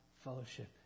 Fellowship